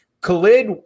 Khalid